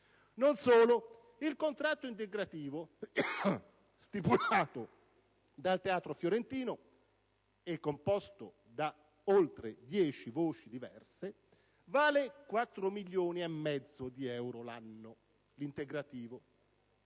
Non solo. Il contratto integrativo stipulato dal Teatro fiorentino, composto da oltre dieci voci diverse, vale 4 milioni e mezzo di euro l'anno. Ora,